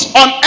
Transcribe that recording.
on